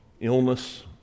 Illness